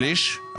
שליש?